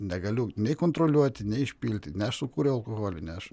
negaliu nei kontroliuoti nei išpilti ne aš sukūriau alkoholį ne aš